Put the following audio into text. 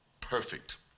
perfect